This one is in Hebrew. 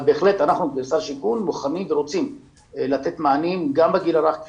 בהחלט אנחנו במשרד השיכון בוחנים ורוצים לתת מענים גם לגיל הרך כפי